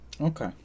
Okay